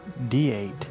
D8